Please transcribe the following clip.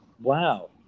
Wow